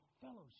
fellowship